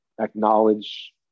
acknowledge